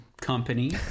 company